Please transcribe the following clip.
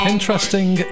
Interesting